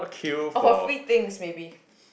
or for free things maybe